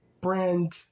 brand